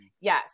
Yes